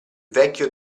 vecchio